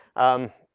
um,